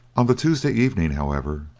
on the tuesday evening, however,